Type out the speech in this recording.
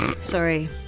Sorry